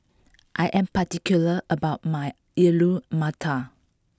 I am particular about my Alu Matar